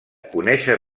conèixer